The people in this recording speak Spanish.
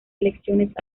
elecciones